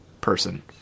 person